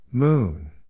Moon